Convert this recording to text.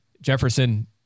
Jefferson